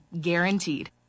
guaranteed